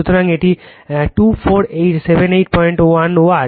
সুতরাং এটি 24781 ওয়াট